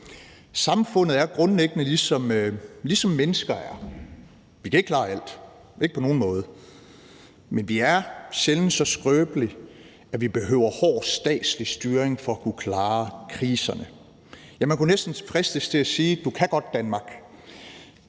Samfundet er grundlæggende, ligesom mennesker er. Vi kan ikke klare alt, ikke på nogen måde, men vi er sjældent så skrøbelige, at vi behøver hård statslig styring for at kunne klare kriserne. Man kunne næsten fristes til at sige: Du kan godt, Danmark.